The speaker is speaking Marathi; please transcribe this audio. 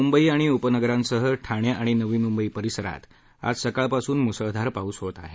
मुंबई आणि उपनगरांसह ठाणे आणि नवी मुंबई परिसरात आज सकाळपासून मुंसळधार पाऊस होत आहे